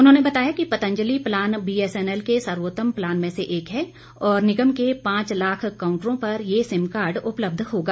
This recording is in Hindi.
उन्होंने बताया कि पतंजलि प्लान बीएसएनएल के सर्वोतम प्लान में से एक है और निगम के पांच लाख कांउटरों पर ये सिम कार्ड उपलब्ध होगा